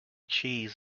cheese